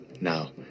Now